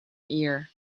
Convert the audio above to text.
here